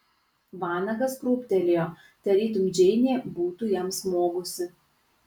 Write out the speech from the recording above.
vanagas krūptelėjo tarytum džeinė būtų jam smogusi